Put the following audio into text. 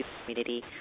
community